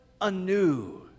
anew